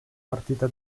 partita